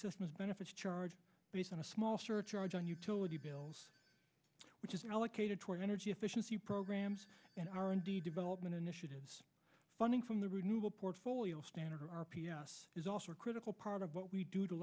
system of benefits charge based on a small surcharge on utility bills which is allocated toward energy efficiency programs and r and d development initiatives funding from the renewable portfolio standard r p s is also a critical part of what we do to